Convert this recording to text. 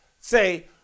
say